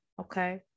Okay